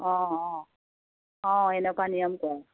অঁ অঁ অঁ এনেকুৱা নিয়ম কৰে